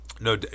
No